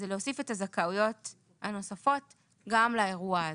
להוסיף את הזכאויות הנוספות גם לאירוע הזה,